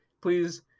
Please